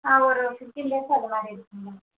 ஒரு ஃபிப்ட்டின் டேஸாக இது மாதிரி இருக்குதுங்க